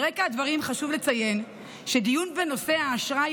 ברקע הדברים חשוב לציין שדיון בנושא האשראי